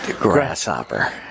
Grasshopper